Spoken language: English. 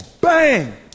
Bang